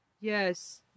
Yes